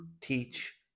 teach